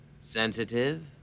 sensitive